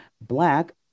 Black